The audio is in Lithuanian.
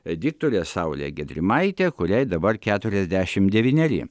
diktorė saulė gedrimaitė kuriai dabar keturiasdešimt devyneri